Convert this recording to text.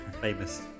famous